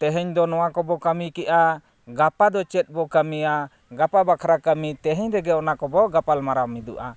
ᱛᱮᱦᱮᱧ ᱫᱚ ᱱᱚᱣᱟ ᱠᱚᱵᱚᱠᱟᱹᱢᱤ ᱠᱮᱫᱼᱟ ᱜᱟᱯᱟ ᱫᱚ ᱪᱮᱫ ᱵᱚ ᱪᱮᱫ ᱵᱚ ᱠᱟᱹᱢᱤᱭᱟ ᱜᱟᱯᱟ ᱵᱟᱠᱷᱟᱨᱟ ᱠᱟᱹᱢᱤ ᱛᱮᱦᱮᱧ ᱨᱮᱜᱮ ᱚᱱᱟ ᱠᱚᱵᱚ ᱜᱟᱯᱟᱞ ᱢᱟᱨᱟᱣ ᱢᱤᱫᱚᱜᱼᱟ